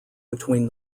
between